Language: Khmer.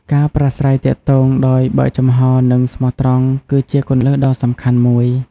ការប្រាស្រ័យទាក់ទងដោយបើកចំហរ និងស្មោះត្រង់ គឺជាគន្លឹះដ៏សំខាន់មួយ។